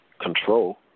control